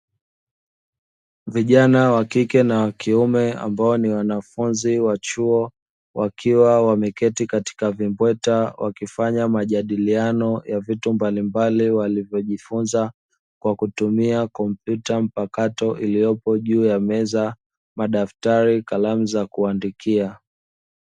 Vijana wa kike na wa kiume ambao ni wanafunzi wa chuo wakiwa wameketi katika vimbweta wakifanya majadiliano ya vitu mbalimbali alivyojifunza, kwa kutumia kompyuta mpakato ilioko juu ya meza, madaftari na kalamu za kuandikia.